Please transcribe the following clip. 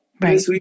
Right